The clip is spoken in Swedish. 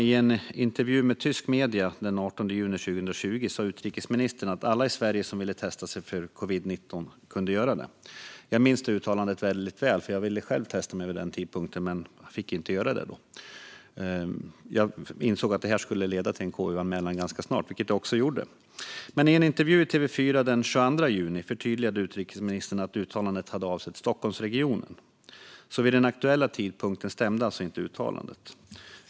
I en intervju med tyska medier den 18 juni 2020 sa utrikesministern att alla i Sverige som ville testa sig för covid-19 kunde göra det. Jag minns det uttalandet väldigt väl, för jag ville själv testa mig vid den tidpunkten men fick inte göra det. Jag insåg att det skulle leda till en KU-anmälan ganska snart, vilket det också gjorde. I en intervju i TV4 den 22 juni förtydligade utrikesministern att uttalandet hade avsett Stockholmsregionen. Vid den aktuella tidpunkten stämde alltså inte uttalandet.